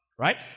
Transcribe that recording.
Right